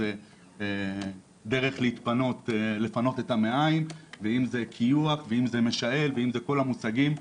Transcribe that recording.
זה דרך לפנות את המעיים ואם זה --- ואם זה משעל ואם זה כל המושגים,